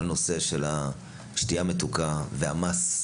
נושא השתייה המתוקה והמס,